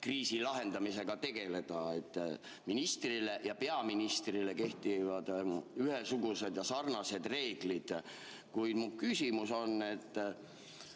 kriisi lahendamisega tegeleda. Ministrile ja peaministrile kehtivad ühesugused ja sarnased reeglid. Kuid mu küsimus on, et